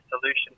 solution